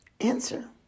Answer